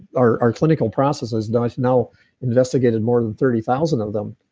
our our clinical process has now you know investigated more than thirty thousand of them.